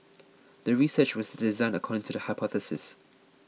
the research was designed according to the hypothesis